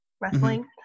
wrestling